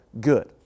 good